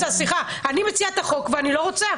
סליחה, אני מציעת החוק ואני לא רוצה.